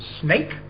snake